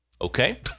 Okay